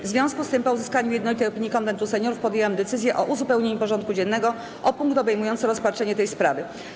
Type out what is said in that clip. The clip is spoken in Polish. W związku z tym, po uzyskaniu jednolitej opinii Konwentu Seniorów, podjęłam decyzję o uzupełnieniu porządku dziennego o punkt obejmujący rozpatrzenie tej sprawy.